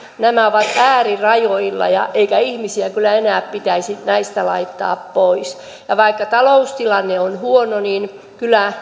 nämä ovat äärirajoilla eikä ihmisiä kyllä enää pitäisi näistä laittaa pois ja vaikka taloustilanne on huono niin kyllä